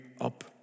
up